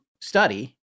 study